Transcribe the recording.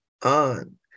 on